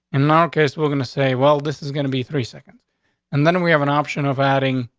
in our case, we're going to say, well, this is gonna be three seconds and then we have an option of adding,